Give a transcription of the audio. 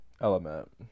Element